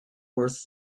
worth